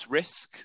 risk